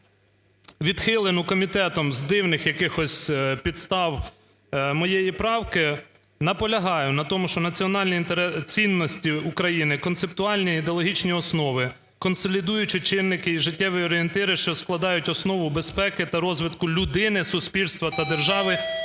відхилену комітетом з дивних якихось підстав моєї правки, наполягаю на тому, що національні цінності України – концептуальні, ідеологічні основи, консолідуючі чинники і життєві орієнтири, що складають основу безпеки та розвитку людини, суспільства та держави,